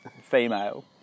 Female